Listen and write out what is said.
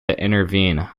intervene